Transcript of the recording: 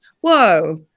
whoa